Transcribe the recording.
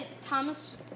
Thomas